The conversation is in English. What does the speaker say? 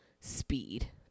speed